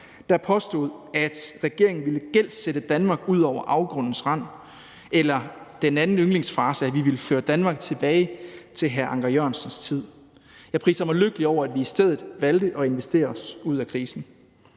der påstod, at regeringen ville gældsætte Danmark ud over afgrundens rand, eller – deres anden yndlingsfrase – at vi ville føre Danmark tilbage til hr. Anker Jørgensens tid. Jeg priser mig lykkelig over, at vi i stedet valgte at investere os ud af krisen.